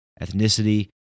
ethnicity